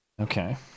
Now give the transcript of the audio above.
Okay